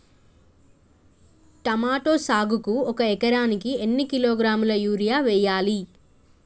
Tomato సాగుకు ఒక ఎకరానికి ఎన్ని కిలోగ్రాముల యూరియా వెయ్యాలి?